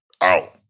Out